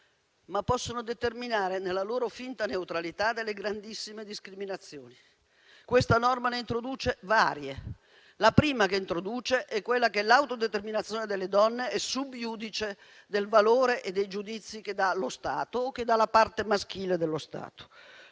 ma possono determinare nella loro finta neutralità delle grandissime discriminazioni. Questa norma ne introduce varie; la prima che introduce è quella per cui l'autodeterminazione delle donne è *sub iudice* del valore e dei giudizi che dà lo Stato o che dà la parte maschile dello Stato.